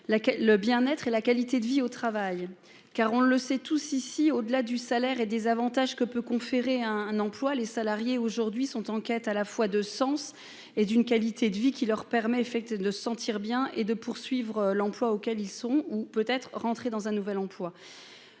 le bien-être et la qualité de vie au travail car on le sait tous ici, au-delà du salaire et des avantages que peut conférer un emploi les salariés aujourd'hui sont en quête à la fois de sens et d'une qualité de vie qui leur permet effect de sentir bien et de poursuivre l'emploi auquel ils sont où peut être rentré dans un nouvel emploi.